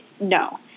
no